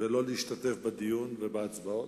ולא להשתתף בדיון ובהצבעות.